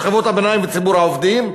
שכבות הביניים וציבור העובדים.